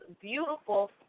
beautiful